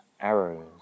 arrows